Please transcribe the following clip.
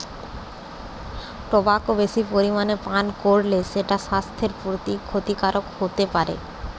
tobacco বেশি পরিমাণে পান কোরলে সেটা সাস্থের প্রতি ক্ষতিকারক হোতে পারে